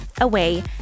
away